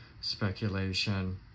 speculation